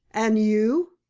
and you?